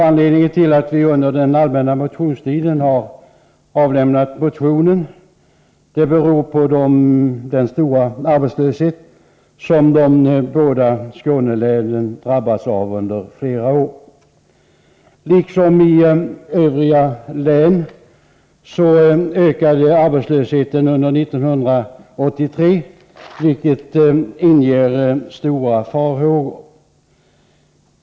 Anledningen till att vi under den allmänna motionstiden har avlämnat motionen är den stora arbetslöshet som de båda Skånelänen drabbats av under flera år. Liksom i övriga län ökade den under 1983, vilket inger stora farhågor.